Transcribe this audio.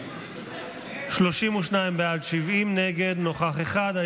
32 בעד, 70 נגד, נוכח אחד.